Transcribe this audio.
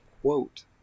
quote